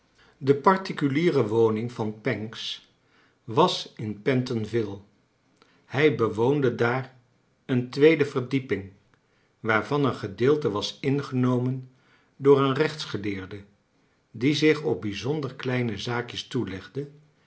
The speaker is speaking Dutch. oe particuliere woning van pancks was in pentonville hij bewoonde daar een tweede ver die ping waarvan een gedeelte was ingenomen door een rechtsgeleerde die zich op bijzonder kleine zaakjes toelegcle